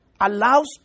allows